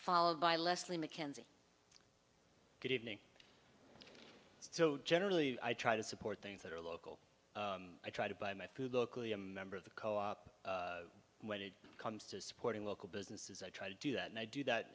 followed by leslie mckenzie good evening so generally i try to support things that are local i try to buy my food locally a member of the co op when it comes to supporting local businesses i try to do that and i do that